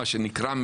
מה שנקרא,